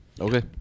Okay